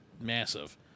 massive